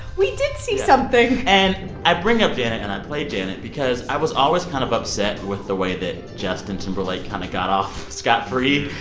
we did see something and i bring up janet and i play janet because i was always kind of upset with the way that justin timberlake kind of got off scot-free,